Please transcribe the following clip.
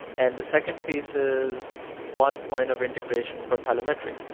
and the second piece is one point of integration for telemetry.